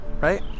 right